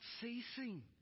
ceasing